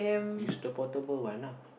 use the portable one ah